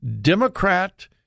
Democrat